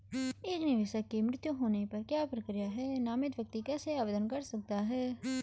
एक निवेशक के मृत्यु होने पर क्या प्रक्रिया है नामित व्यक्ति कैसे आवेदन कर सकता है?